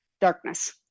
darkness